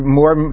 more